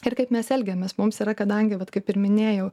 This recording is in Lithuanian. ir kaip mes elgiamės mums yra kadangi vat kaip ir minėjau